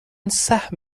سهم